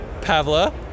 Pavla